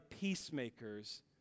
peacemakers